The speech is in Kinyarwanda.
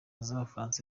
z’abafaransa